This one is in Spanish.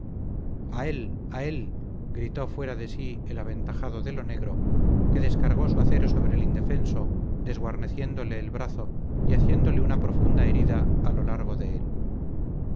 a él a él gritó fuera de sí el aventajado de lo negro que descargó su acero sobre el indefenso desguarneciéndole el brazo y haciéndole una profunda herida a lo largo de él